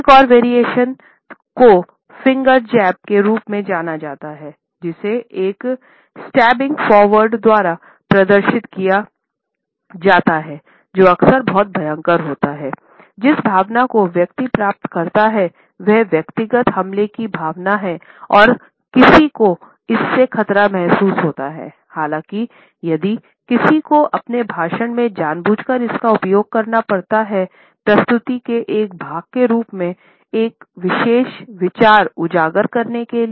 एक और वेरिएशन को फिंगर जैब स्थिति में रखा जाए